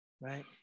Right